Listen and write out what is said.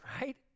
Right